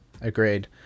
agreed